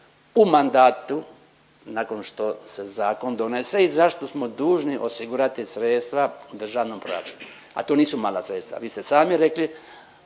u mandatu nakon što se zakon donese i zašto smo dužni osigurati sredstva u državnom proračunu. A to nisu mala sredstva, vi ste sami rekli